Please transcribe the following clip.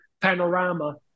panorama